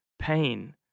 pain